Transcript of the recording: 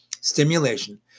stimulation